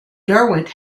derwent